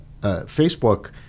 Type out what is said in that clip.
Facebook